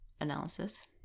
analysis